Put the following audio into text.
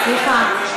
סליחה.